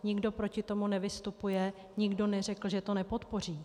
Nikdo proti tomu nevystupuje, nikdo neřekl, že to nepodpoří.